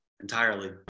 entirely